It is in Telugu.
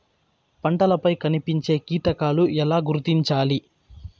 పంటలపై కనిపించే కీటకాలు ఎలా గుర్తించాలి?